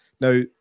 Now